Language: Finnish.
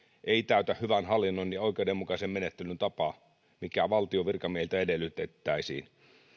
ei täytä hyvän hallinnon ja oikeudenmukaisen menettelyn tapaa mikä valtion virkamiehiltä edellytettäisiin